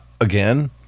again